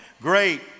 Great